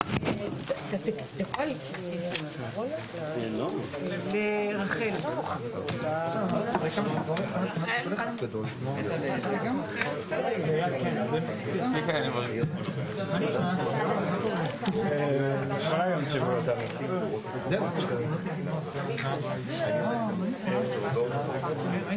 10:50.